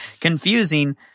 confusing